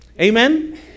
Amen